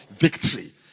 Victory